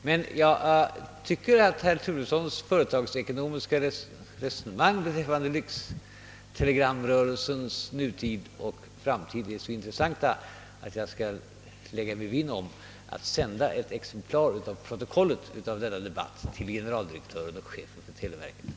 Men jag tycker att herr Turessons företagsekonomiska resonemang rörande lyxtelegramverksamhetens nutid och framtid är så intressanta, att jag skall lägga mig vinn om att sända ett exemplar av protokollet från denna debatt till generaldirektören och chefen för televerket.